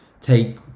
take